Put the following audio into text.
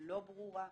לא ברורה,